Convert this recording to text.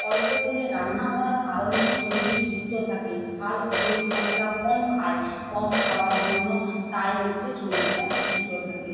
অল্প তেলে রান্না হওয়ার কারণে শরীর সুস্থ থাকে ঝাল তেল মশলা কম খায় কম খাওয়ার জন্য তাই হচ্ছে শরীরটা সুস্থ থাকে